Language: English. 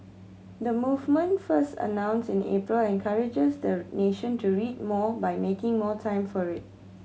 the movement first announce in April encourages the nation to read more by making more time for it